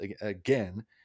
again